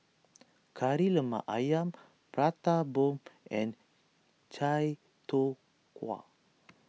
Kari Lemak Ayam Prata Bomb and Chai Tow Kway